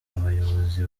abayobozi